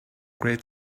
great